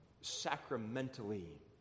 sacramentally